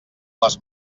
les